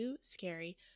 scary